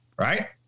right